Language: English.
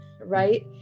right